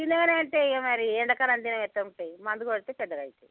చిన్నగా ఉంటాయి ఇక మరి ఎండాకాలం చే ఎట్ట ఉంటాయి మందు కొడితే పెద్దగా అవుతాయి